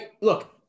Look